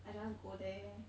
I just go there